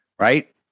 Right